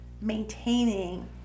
maintaining